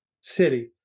city